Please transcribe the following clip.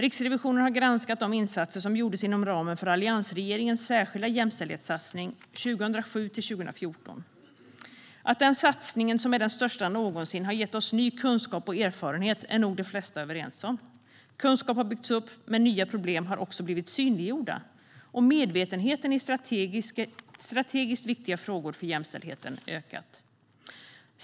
Riksrevisionen har granskat de insatser som gjordes inom ramen för alliansregeringens särskilda jämställdhetssatsning 2007-2014. Att den satsningen, som är den största någonsin, har gett oss ny kunskap och erfarenhet är nog de flesta överens om. Kunskap har byggts upp. Men nya problem har också blivit synliggjorda, och medvetenheten i strategiskt viktiga frågor för jämställdheten har ökat.